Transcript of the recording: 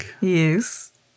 Yes